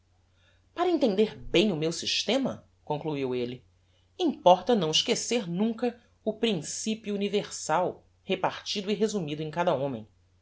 para entender bem o meu systema concluiu elle importa não esquecer nunca o principio universal repartido e resumido em cada homem